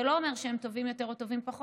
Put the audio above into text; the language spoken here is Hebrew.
זה לא אומר שהם טובים יותר או פחות,